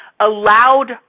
allowed